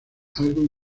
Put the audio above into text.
algo